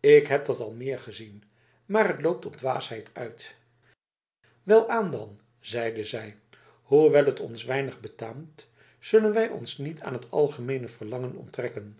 ik heb dat al meer gezien maar het loopt op dwaasheid uit welaan dan zeide zij hoewel het ons weinig betaamt zullen wij ons niet aan het algemeene verlangen onttrekken